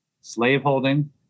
slaveholding